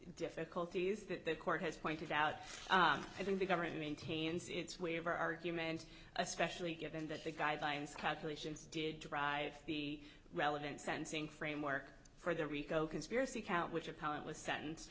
difficulties that the court has pointed out i think the government maintains its way of argument especially given that the guidelines calculations did drive the relevant sensing framework for the rico conspiracy count which appellant was sentenced